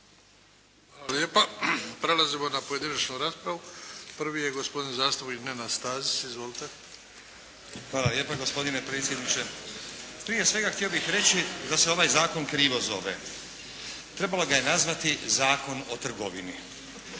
Hvala lijepa. Prelazimo na pojedinačnu raspravu. Prvi je gospodin zastupnik Nenad Stazić. Izvolite! **Stazić, Nenad (SDP)** Hvala lijepa gospodine predsjedniče. Prije svega htio bih reći da se ovaj zakon krivo zove. Trebalo ga je nazvati Zakon o trgovini,